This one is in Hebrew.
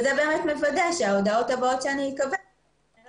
אני מוודאת שההודעות הבאות שאני אקבל לא